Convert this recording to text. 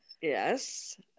Yes